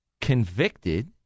convicted